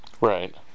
Right